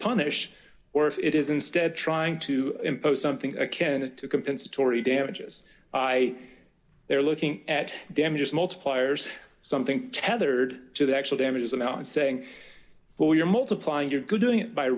punish or if it is instead trying to impose something akin to compensatory damages i they're looking at damages multipliers something tethered to the actual damages amount in saying well you're multiplying your good doing it by